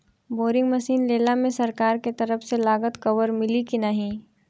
Boring machine लेला मे सरकार के तरफ से लागत कवर मिली की नाही?